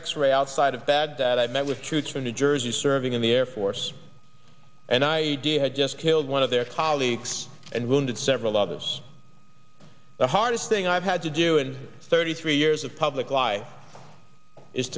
x ray outside of bad that i met with troops from new jersey serving in the air force and i had just killed one of their colleagues and wounded several others the hardest thing i've had to do in thirty three years of public life is